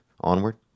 Onward